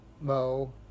Mo